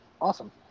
Awesome